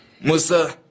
Musa